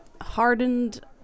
hardened